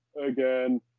again